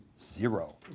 zero